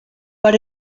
per